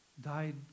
Died